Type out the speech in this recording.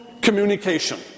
communication